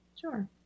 Sure